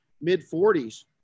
mid-40s